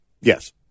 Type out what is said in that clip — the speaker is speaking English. Yes